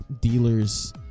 dealers